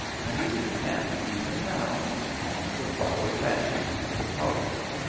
and is encamped even now on the flowery banks of the tagus.